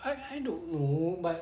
how I know oh but